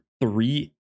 three